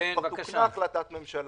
כבר תוקנה החלטה ממשלה.